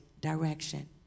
direction